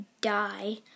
die